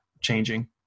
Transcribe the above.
changing